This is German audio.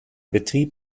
betrieb